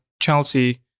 Chelsea